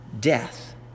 death